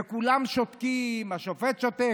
וכולם שותקים, השופט שותק.